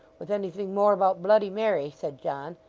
with anything more about bloody mary said john.